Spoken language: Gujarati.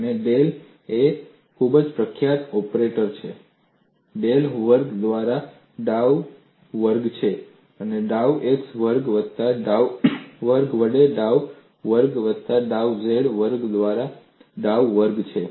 અને ડેલ એ ખૂબ જ પ્રખ્યાત ઓપરેટર છે ડેલ વર્ગ દ્વારા ડાઉ વર્ગ છે ડાઉ x વર્ગ વત્તા ડાઉ વર્ગ વડે ડાઉ વર્ગ વત્તા ડાઉ z વર્ગ દ્વારા ડાઉ વર્ગ છે